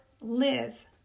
Live